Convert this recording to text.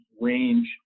range